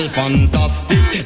fantastic